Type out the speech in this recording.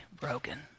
broken